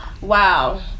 wow